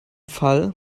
fall